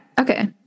Okay